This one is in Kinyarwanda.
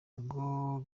ubwo